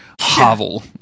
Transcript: hovel